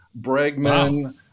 Bregman